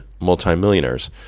multimillionaires